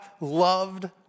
loved